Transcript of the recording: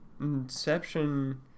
Inception